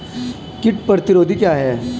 कीट प्रतिरोधी क्या है?